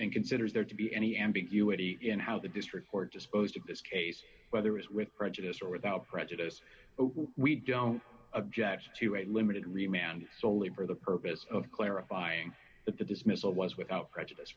and considers there to be any ambiguity in how the district court disposed of this case whether it's with prejudice or without prejudice we don't object to a limited remounted solely for the purpose of clarifying that the dismissal was without prejudice